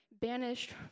banished